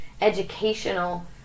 educational